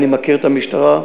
אני מכיר את המשטרה,